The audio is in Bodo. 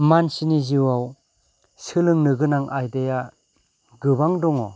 मानसिनि जिउआव सोलोंनो गोनां आयदाया गोबां दङ